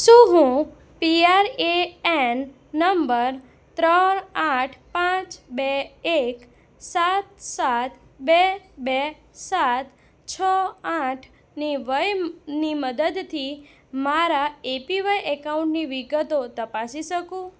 શું હું P R A N number ત્રણ આઠ પાંચ બે એક સાત સાત બે બે સાત છ આઠની વયની મદદથી મારા એ પી વાય એકાઉન્ટની વિગતો તપાસી શકું